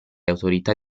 autorità